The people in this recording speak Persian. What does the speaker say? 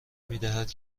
میدهد